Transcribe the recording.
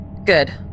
Good